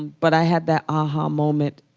but i had that aha moment.